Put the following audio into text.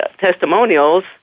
testimonials